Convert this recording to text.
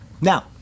Now